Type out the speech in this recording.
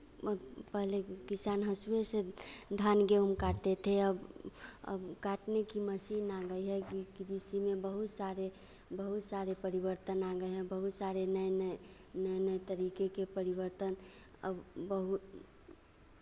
पहले किसान हँसुए से धान गेहूँ काटते थे अब अब काटने की मशीन आ गई है कृषि में बहुत सारे बहुत सारे परिवर्तन आ गए हैं बहुत सारे नए नए नए नए तरीके के परिवर्तन अब बहु